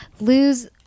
lose